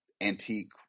antique